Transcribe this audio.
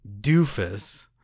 doofus